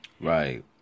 Right